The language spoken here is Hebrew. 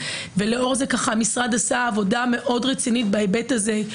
ולאור זה המשרד עשה עבודה מאוד רצינית בהיבט הזה.